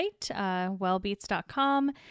wellbeats.com